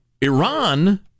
Iran